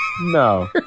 No